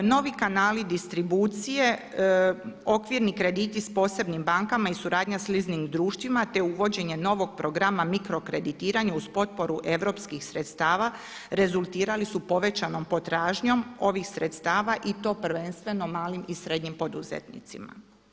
Novi kanali distribucije okvirni krediti s posebnim bankama i suradnja s leasing društvima te uvođenje novog programa mikrokreditiranja uz potporu europskih sredstava rezultirali su povećanom potražnjom ovih sredstava i to prvenstveno malim i srednjim poduzetnicima.